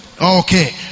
okay